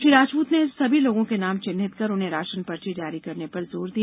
श्री राजपूत ने ऐसे सभी लोगों के नाम चिन्हित कर उन्हें राषन पर्ची जारी करने पर जोर दिया